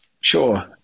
Sure